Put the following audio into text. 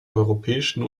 europäischen